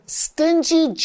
stingy